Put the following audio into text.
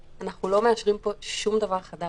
כי, בעצם, נוספים פה דברים שלא היו קודם.